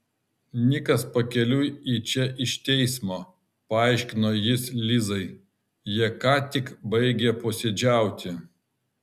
nikas pakeliui į čia iš teismo paaiškino jis lizai jie ką tik baigė posėdžiauti